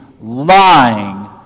lying